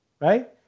right